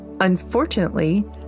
unfortunately